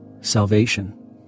salvation